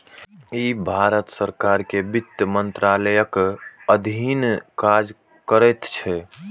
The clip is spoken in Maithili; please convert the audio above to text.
ई भारत सरकार के वित्त मंत्रालयक अधीन काज करैत छै